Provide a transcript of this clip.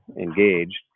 engaged